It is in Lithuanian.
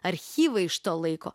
archyvai iš to laiko